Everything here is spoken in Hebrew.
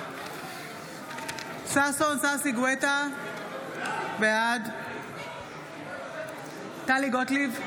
בעד ששון ששי גואטה, בעד טלי גוטליב,